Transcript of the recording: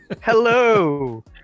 Hello